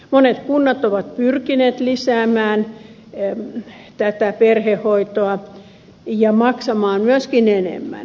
monet kunnat ovat pyrkineet lisäämään tätä perhehoitoa ja maksamaan myöskin enemmän